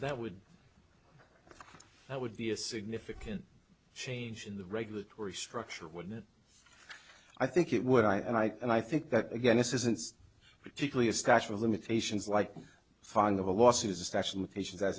that would that would be a significant change in the regulatory structure wouldn't i think it would i and i and i think that again this isn't particularly a statute of limitations like fog of a lawsuit is especially with patients